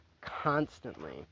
constantly